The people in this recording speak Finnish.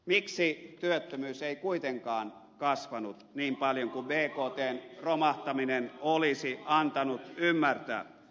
miksi työttömyys ei kuitenkaan kasvanut niin paljon kuin bktn romahtaminen olisi antanut ymmärtää